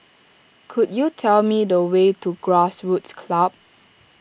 could you tell me the way to Grassroots Club